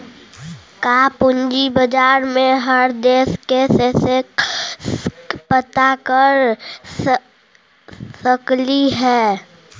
का पूंजी बाजार में हर देश के सेंसेक्स पता कर सकली हे?